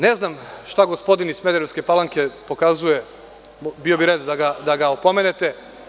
Ne znam šta gospodin iz Smederevske Palanke pokazuje, bio bi red da ga opomenete.